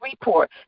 report